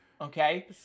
Okay